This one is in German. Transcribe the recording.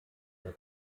der